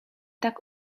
tak